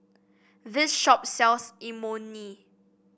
this shop sells Imoni